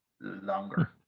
longer